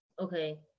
Okay